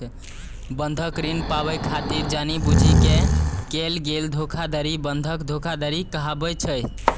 बंधक ऋण पाबै खातिर जानि बूझि कें कैल गेल धोखाधड़ी बंधक धोखाधड़ी कहाबै छै